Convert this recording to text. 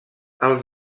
als